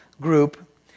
group